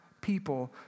people